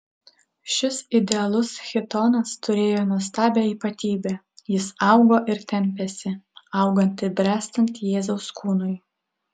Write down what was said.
šis idealus chitonas turėjo nuostabią ypatybę jis augo ir tempėsi augant ir bręstant jėzaus kūnui